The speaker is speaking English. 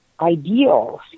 ideals